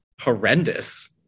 horrendous